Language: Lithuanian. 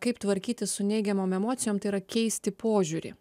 kaip tvarkytis su neigiamom emocijom tai yra keisti požiūrį